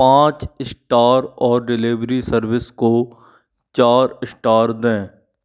पाँच इश्टार और delivery service को चार इश्टार दें